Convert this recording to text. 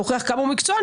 להוכיח כמה הוא מקצוען,